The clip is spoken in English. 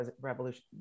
Revolution